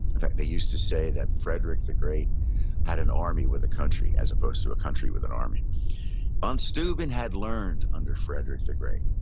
in fact, they used to say that frederick the great had an army with a country, as opposed to a country with an army von steuben had learned under frederick the great,